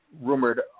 rumored